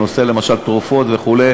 למשל בנושא תרופות וכו',